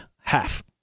half